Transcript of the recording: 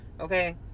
okay